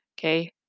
Okay